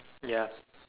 ya